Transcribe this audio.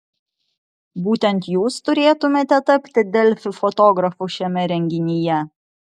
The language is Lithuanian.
būtent jūs turėtumėte tapti delfi fotografu šiame renginyje